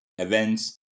Events